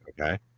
Okay